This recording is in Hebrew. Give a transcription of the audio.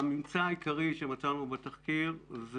הממצא העיקרי שמצאנו בתחקיר הוא